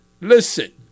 Listen